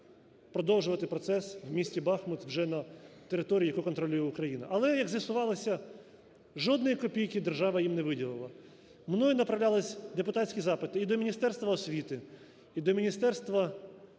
продовжувати процес з місті Бахмут вже на території, яку контролює Україна. Але, як з'ясувалося, жодної копійки держава їм не виділила. Мною направлялися депутатські запити і до Міністерства освіти, і до Міністерства